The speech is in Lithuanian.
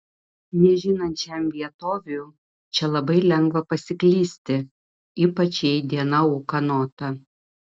nežinančiam vietovių čia labai lengva pasiklysti ypač jei diena ūkanota